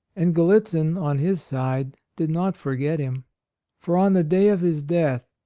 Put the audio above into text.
and gallitzin, on his side, did not forget him for on the day of his death,